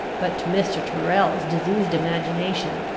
but to mr. tyrrel's diseased imagination,